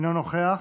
אינו נוכח.